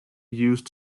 used